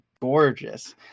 gorgeous